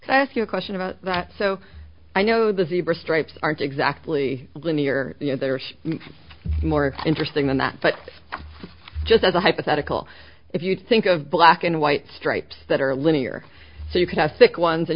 so i ask you a question about that so i know the zebra stripes aren't exactly linear yet there are more interesting than that but just as a hypothetical if you think of black and white stripes that are linear so you can have sick ones and